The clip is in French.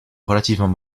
relativement